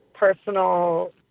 personal